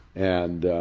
and